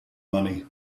money